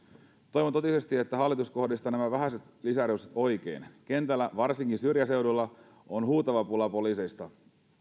toivon totisesti että hallitus kohdistaa nämä vähäiset lisäresurssit oikein kentällä varsinkin syrjäseuduilla on huutava pula poliiseista